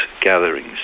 gatherings